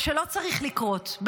מה שלא צריך לקרות,